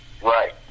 Right